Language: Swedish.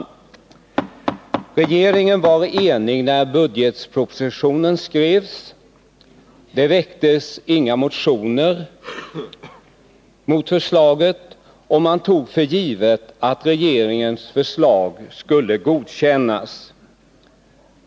Regeringen var enig när budgetpropositionen skrevs. Det väcktes inga motioner med anledning av propositionen, och man tog för givet att regeringens förslag skulle godkännas.